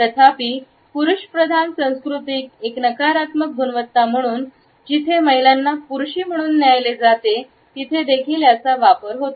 तथापिपुरुषप्रधान संस्कृतीत एक नकारात्मक गुणवत्ता म्हणून जिथे महिलांना पुरुषी म्हणून न्यायले जाते किती देखील याचा वापर होतो